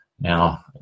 now